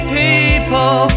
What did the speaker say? people